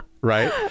right